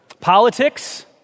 Politics